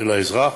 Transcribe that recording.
של האזרח,